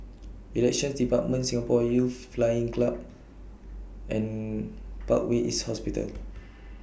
Elections department Singapore Youth Flying Club and Parkway East Hospital